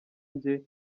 njye